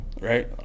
Right